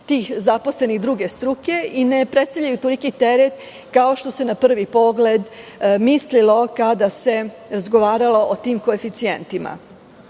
tih zaposlenih druge struke i ne predstavljaju toliki teret kao što se na prvi pogled mislilo kada se razgovaralo o tim koeficijentima. Kao